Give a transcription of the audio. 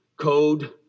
code